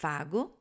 Fago